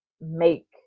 make